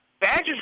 Badger's